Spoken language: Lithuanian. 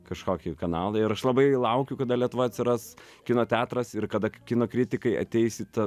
kažkokį kanalą ir aš labai laukiu kada lietuvoj atsiras kino teatras ir kada kino kritikai ateis į tą